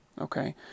okay